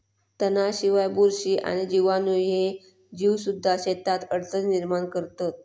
तणांशिवाय, बुरशी आणि जीवाणू ह्ये जीवसुद्धा शेतात अडचणी निर्माण करतत